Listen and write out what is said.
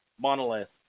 monolith